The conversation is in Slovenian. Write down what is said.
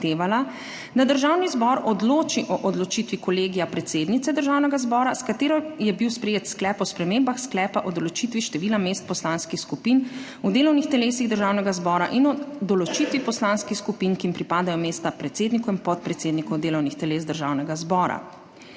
da Državni zbor odloči o odločitvi Kolegija predsednice Državnega zbora, s katero je bil sprejet Sklep o spremembah Sklepa o določitvi števila mest poslanskih skupin v delovnih telesih Državnega zbora in o določitvi poslanskih skupin, ki jim pripadajo mesta predsednikov in podpredsednikov delovnih teles Državnega zbora.